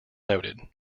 noted